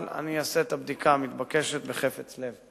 אבל אני אעשה את הבדיקה המתבקשת בחפץ לב.